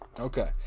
Okay